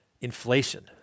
inflation